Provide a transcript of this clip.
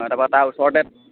আ তাৰপৰা তাৰ ওচৰতে